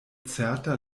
certa